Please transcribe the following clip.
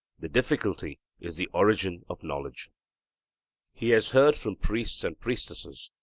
the difficulty is the origin of knowledge he has heard from priests and priestesses,